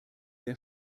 der